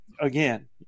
Again